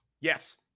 Yes